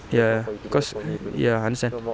ya because ya I understand